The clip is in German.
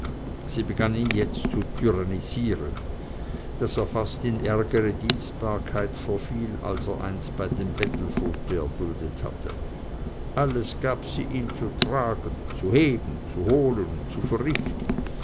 sie begann ihn jetzt zu tyrannisieren daß er fast in ärgere dienstbarkeit verfiel als er einst bei dem bettelvogt erduldet hatte alles gab sie ihm zu tragen zu heben zu holen und zu verrichten